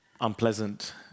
unpleasant